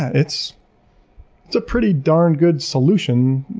it's it's a pretty darn good solution.